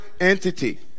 entity